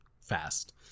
fast